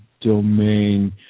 domain